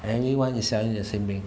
everyone is selling the same thing